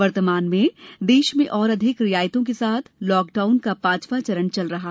वर्तमान में देश में और अधिक रियायतों के साथ लॉकडाउन का पांचवा चरण चल रहा है